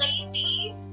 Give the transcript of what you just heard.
lazy